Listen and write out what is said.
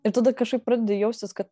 ir tada kažkaip pradedi jaustis kad